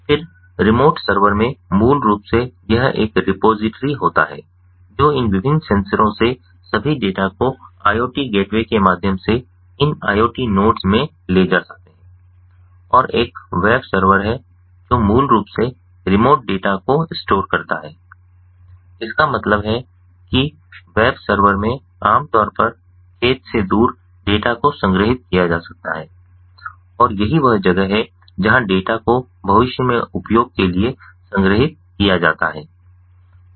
फिर remote server में मूल रूप से यह एक रिपॉजिटरी होता है जो इन विभिन्न सेंसरों से सभी डेटा को IoT गेटवे के माध्यम से इन IoT नोड्स में ले जा सकता है और एक वेब सर्वर है जो मूल रूप से रिमोट डेटा को स्टोर करता है इसका मतलब है कि वेब सर्वर में आमतौर पर खेत से दूर डेटा को संग्रहीत किया जाता है और यही वह जगह है जहां डेटा को भविष्य में उपयोग के लिए संग्रहीत किया जाता है